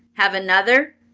have another?